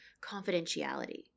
confidentiality